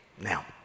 Now